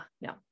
no